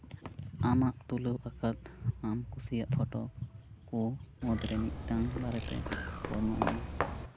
ᱟᱢᱟᱜ ᱛᱩᱞᱟᱹᱣ ᱟᱠᱟᱫ ᱟᱢ ᱠᱩᱥᱤᱭᱟᱜ ᱯᱷᱳᱴᱳ ᱠᱚ ᱢᱩᱫᱽᱨᱮ ᱢᱤᱫᱴᱟᱱ ᱵᱟᱨᱮᱛᱮ ᱵᱚᱨᱱᱚᱱᱟᱭ ᱢᱮ